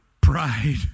pride